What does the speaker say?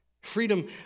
Freedom